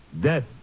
death